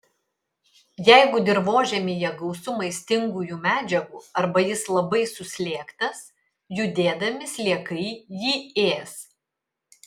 jeigu dirvožemyje gausu maistingųjų medžiagų arba jis labai suslėgtas judėdami sliekai jį ės